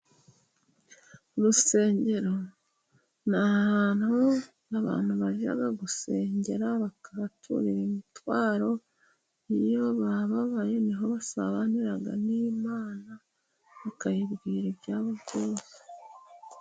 Urusengero ni ahantu abantu bajya gusengera bakahaturira imitwaro, iyo bababaye niho basabanira n'imana bakayibwira ibyabo byose.